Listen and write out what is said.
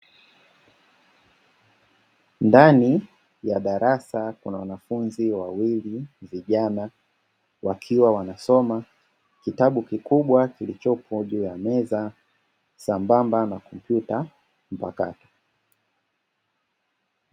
Ndani ya darasa kuna wanafunzi wawili vijana wakiwa wanasoma kitabu kikubwa kilichopo juu ya meza. Sambamba na kompyuta mpakato.